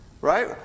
Right